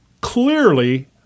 clearly